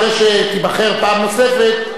אחרי שתיבחר פעם נוספת,